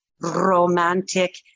romantic